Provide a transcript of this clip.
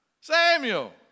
Samuel